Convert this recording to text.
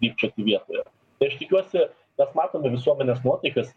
trypčioti vietoje tai aš tikiuosi mes matome visuomenės nuotaikas